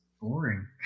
boring